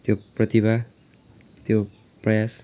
त्यो प्रतिभा त्यो प्रयास